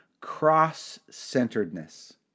cross-centeredness